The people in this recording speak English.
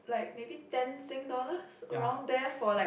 like maybe ten sing dollars around there for like